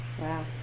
Wow